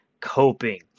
coping